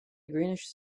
greenish